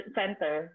center